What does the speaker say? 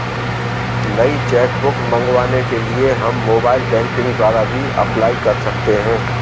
नई cheque book मंगवाने के लिए हम मोबाइल बैंकिंग द्वारा भी अप्लाई कर सकते है